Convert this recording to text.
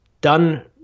done